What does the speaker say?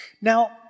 Now